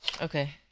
Okay